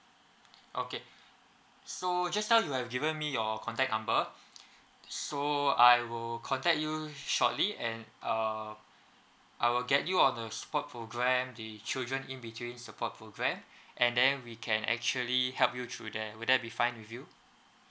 okay so just now you have given me your contact number so I will contact you shortly and uh I will get you on the support program the children in between support program and then we can actually help you through there will that be fine with you